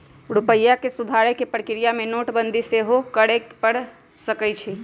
रूपइया के सुधारे कें प्रक्रिया में नोटबंदी सेहो करए के पर सकइय